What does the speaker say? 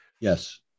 yes